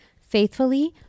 faithfully